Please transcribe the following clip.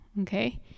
okay